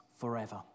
forever